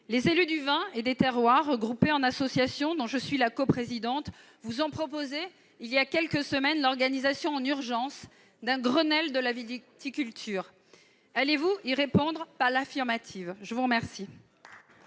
Les élus du vin et des terroirs, regroupés au sein d'une association dont je suis la coprésidente, vous ont proposé il y a quelques semaines l'organisation en urgence d'un Grenelle de la viticulture. Allez-vous y répondre par l'affirmative ? La parole